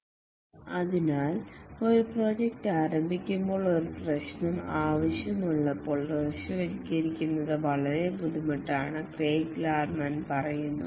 " അതിനാൽ ഒരു പ്രോജക്റ്റ് ആരംഭിക്കുമ്പോൾ ഒരു പ്രശ്നം ആവശ്യമുള്ളപ്പോൾ ദൃശ്യവൽക്കരിക്കുന്നത് വളരെ ബുദ്ധിമുട്ടാണെന്ന് ക്രെയ്ഗ് ലാർമാൻ പറയുന്നു